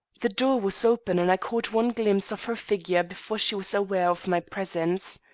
the door was open and i caught one glimpse of her figure before she was aware of my presence.